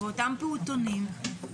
באותם פעוטונים,